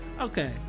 Okay